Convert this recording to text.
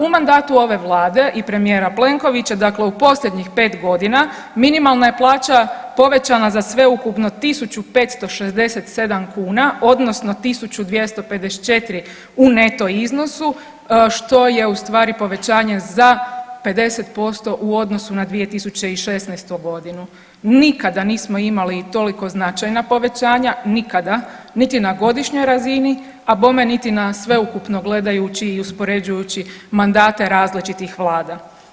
U mandatu ove vlade i premijera Plenkovića u posljednjih pet godina minimalna je plaća povećana za sveukupno 1.567 kuna odnosno 1.254 u neto iznosu što je ustvari povećanje za 50% u odnosu na 2016.g. Nikada nismo imali toliko značajna povećanja, nikada niti na godišnjoj razini, a bome niti na sveukupno gledajući i uspoređujući mandate različitih vlada.